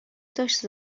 داشت